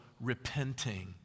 repenting